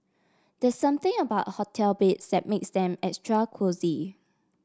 there something about hotel beds set makes them extra cosy